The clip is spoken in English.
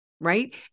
right